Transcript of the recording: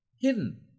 hidden